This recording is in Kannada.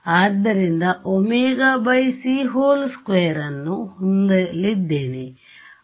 ಆದ್ದರಿಂದωc2 ನ್ನು ಹೊಂದಲಿದ್ದೇನೆ